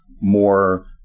more